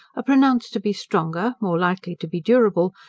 are pronounced to be stronger, more likely to be durable,